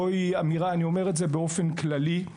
אני אומר את זה באופן כללי.